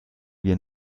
wir